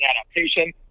adaptation